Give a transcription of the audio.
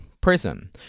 prison